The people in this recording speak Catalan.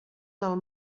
del